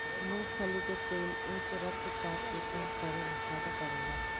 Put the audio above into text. मूंगफली के तेल उच्च रक्त चाप के कम करे में फायदा करेला